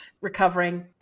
recovering